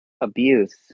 abuse